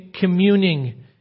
communing